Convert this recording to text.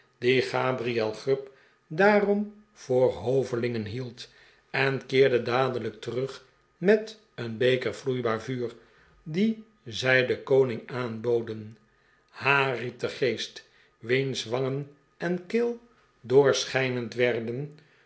die gabriel grub daarom voor hovelingen hield en keerden dadelijb terug met een beker vloeibaar vuur dien zij den koning aanboden ha riep de geest wiens wangen en keel doorschijnend werden